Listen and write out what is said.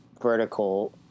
vertical